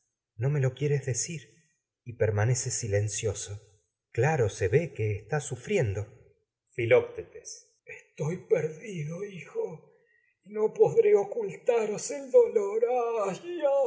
no me cir y lo quieres de permaneces silencioso claro se ve que estás su friendo filoctetes taros estoy perdido hijo y no podré ocul in el dolor